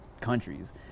countries